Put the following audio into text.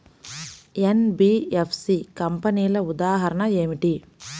NBFC కంపెనీల ఉదాహరణ ఏమిటి?